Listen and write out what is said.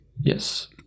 yes